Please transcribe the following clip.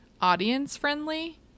audience-friendly